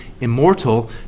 immortal